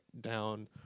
down